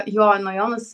jo nuo jo nus